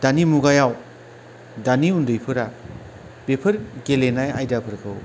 दानि मुगायाव दानि उन्दैफोरा बेफोर गेलेनाय आयदाफोरखौ